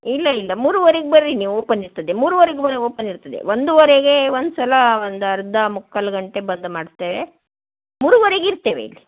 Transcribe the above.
ಇಲ್ಲ ಇಲ್ಲ ಮೂರುವರೆಗೆ ಬರ್ರಿ ನೀವು ಓಪನ್ ಇರ್ತದೆ ಮೂರುವರೆಗೆ ಓಪನ್ ಇರ್ತದೆ ಒಂದುವರೆಗೆ ಒಂದು ಸಲ ಒಂದು ಅರ್ಧ ಮುಕ್ಕಾಲು ಗಂಟೆ ಬಂದು ಮಾಡ್ತೇವೆ ಮೂರುವರೆಗೆ ಇರ್ತೇವೆ ಇಲ್ಲಿ